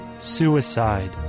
suicide